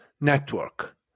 Network